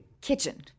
kitchen